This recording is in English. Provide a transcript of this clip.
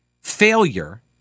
failure